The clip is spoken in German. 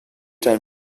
dann